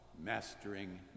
Mastering